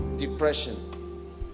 Depression